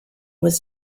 was